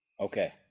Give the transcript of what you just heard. Okay